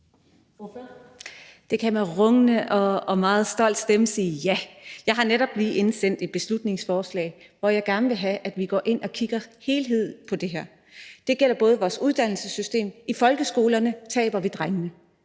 Det kan jeg med rungende og meget stolt stemme sige ja til. Jeg har netop lige indsendt et beslutningsforslag, hvori det fremgår, at jeg gerne vil have, at vi går ind og kigger på det her som en helhed. Det gælder vores uddannelsessystem, for i folkeskolerne taber vi drengene.